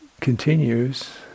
continues